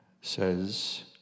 says